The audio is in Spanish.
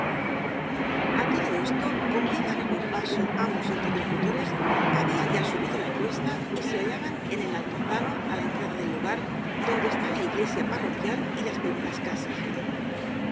él a todo esto como iban á buen paso ambos inter locutores habían ya subido la cuesta y se hallaban en el altozano á la entrada del lugar donde están la iglesia parroquial y las primeras casas